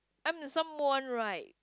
I'm someone right